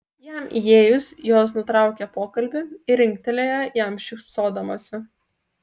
jam įėjus jos nutraukė pokalbį ir linktelėjo jam šypsodamosi